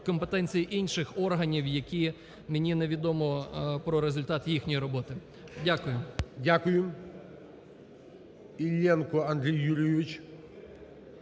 компетенції інших органів, які мені не відомо про результат їхньої роботи. Дякую. ГОЛОВУЮЧИЙ. Дякую. Іллєнко Андрій Юрійович.